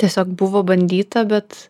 tiesiog buvo bandyta bet